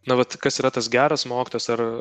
na vat kas yra tas geras mokytojas ar